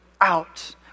out